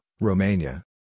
Romania